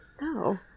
No